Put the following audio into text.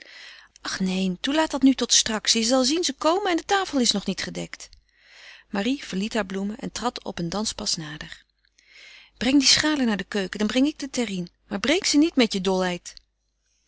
ach neen toe laat dat nu tot straks je zal zien ze komen en de tafel is nog niet gedekt marie verliet hare bloemen en trad op een danspas nader breng die schalen naar de keuken dan breng ik de terrien maar breek ze niet met je